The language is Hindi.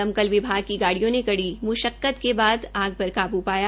दमकल विभाग की गाड़ियों ने कड़ी म्शक्त के बाद आग पर काबू पाया